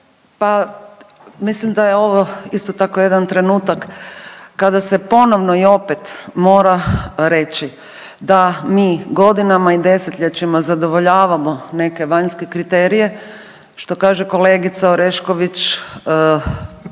mislim da je ovo isto tako jedan trenutak kada se ponovno i opet mora reći da mi godinama i desetljećima zadovoljavamo neke vanjske kriterije što kaže kolegica Orešković